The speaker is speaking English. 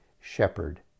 shepherd